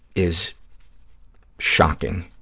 is shocking,